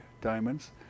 diamonds